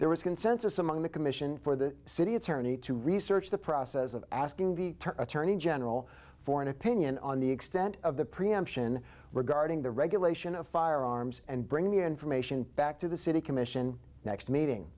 there was consensus among the commission for the city attorney to research the process of asking the attorney general for an opinion on the extent of the preemption were guarding the regulation of firearms and bring the information back to the city commission next meeting